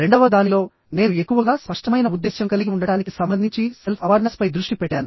రెండవ దానిలో నేను ఎక్కువగా స్పష్టమైన ఉద్దేశ్యం కలిగి ఉండటానికి సంబంధించి సెల్ఫ్ అవార్నెస్ పై దృష్టి పెట్టాను